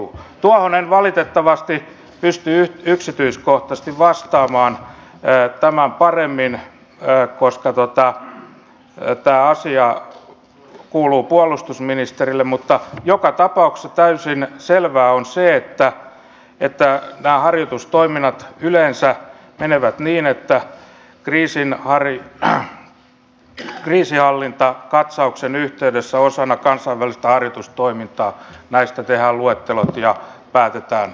tuohon en valitettavasti pysty yksityiskohtaisesti vastaamaan tämän paremmin koska tämä asia kuuluu puolustusministerille mutta joka tapauksessa täysin selvää on se että nämä harjoitustoiminnat yleensä menevät niin että kriisinhallintakatsauksen yhteydessä osana kansainvälistä harjoitustoimintaa näistä tehdään luettelot ja päätetään sitten